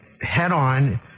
head-on